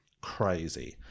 crazy